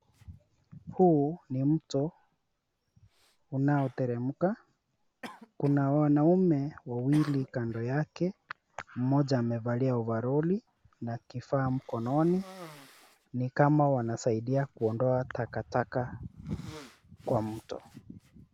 Huu ni mto unaoteremka. Kuna wanaume wawili kando yake, mmoja amevalia ovaroli na kifaa mkononi, ni kama wanasaidia kuondoa takataka kwa mto.